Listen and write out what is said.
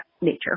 nature